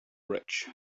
rich